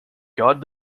god